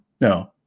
no